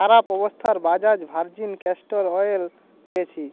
খারাপ অবস্থার Bajaj virgin castor oil পেয়েছি